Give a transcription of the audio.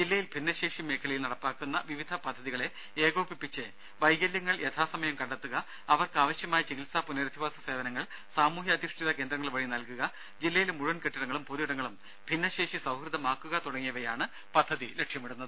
ജില്ലയിൽ ഭിന്നശേഷി മേഖലയിൽ നടപ്പാക്കുന്ന വിവിധ പദ്ധതികളെ ഏകോപിപ്പിച്ച് വൈകല്യങ്ങൾ യഥാസമയം കണ്ടെത്തുക അവർക്ക് ആവശ്യമായ ചികിത്സാപുനരധിവാസ സേവനങ്ങൾ സാമൂഹ്യാധിഷ്ഠിത കേന്ദ്രങ്ങൾ വഴി നൽകുക ജില്ലയിലെ മുഴുവൻ കെട്ടിടങ്ങളും പൊതു ഇടങ്ങളും ഭിന്നശേഷി സൌഹൃദമാക്കുക തുടങ്ങിയവയാണ് പദ്ധതി ലക്ഷ്യമിടുന്നത്